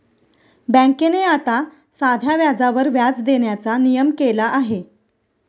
बँकेने आता साध्या व्याजावर व्याज देण्याचा नियम केला आहे